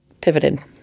pivoted